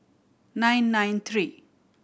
nine nine three